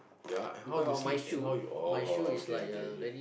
ya and how you sleep and how you orh okay okay okay